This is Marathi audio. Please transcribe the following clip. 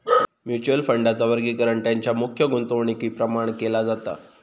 म्युच्युअल फंडांचा वर्गीकरण तेंच्या मुख्य गुंतवणुकीप्रमाण केला जाता